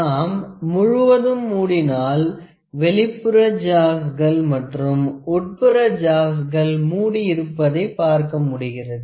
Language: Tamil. நாம் முழுவதும் மூடினாள் வெளிப்புற ஜாவ்ஸ்கள் மற்றும் உட்புற ஜாவ்ஸ்கள் மூடி இருப்பதை பார்க்க முடிகிறது